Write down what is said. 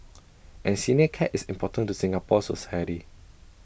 and senior care is important to Singapore society